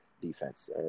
defense